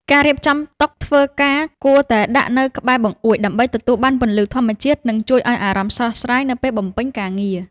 ការរៀបចំតុធ្វើការគួរតែដាក់នៅក្បែរបង្អួច ដើម្បីទទួលបានពន្លឺធម្មជាតិ និងជួយឱ្យអារម្មណ៍ស្រស់ស្រាយនៅពេលបំពេញការងារ។